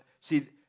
see